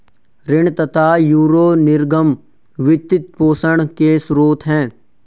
ऋण तथा यूरो निर्गम वित्त पोषण के स्रोत है